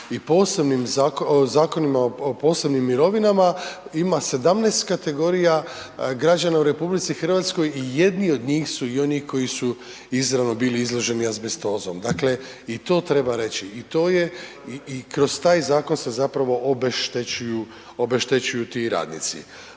i posebnim, Zakonima o posebnim mirovinama, ima 17 kategorija građana u RH i jedni od njih su i oni koji su izravno bili izloženi azbestozom, dakle i to treba reći i to je i kroz taj zakon se zapravo obeštećuju,